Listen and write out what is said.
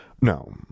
No